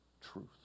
truth